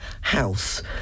house